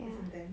that's intense